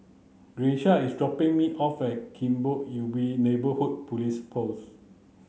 Grecia is dropping me off at Kebun Ubi Neighbourhood Police Post